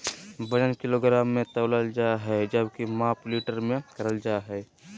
वजन किलोग्राम मे तौलल जा हय जबकि माप लीटर मे करल जा हय